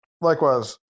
Likewise